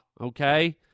okay